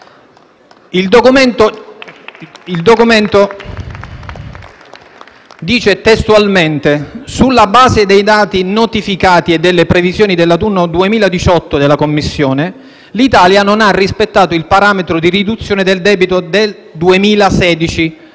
Il documento dice testualmente: «Sulla base dei dati notificati e delle previsioni dell'autunno 2018 della Commissione, l'Italia non ha rispettato il parametro di riduzione del debito nel 2016